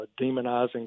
demonizing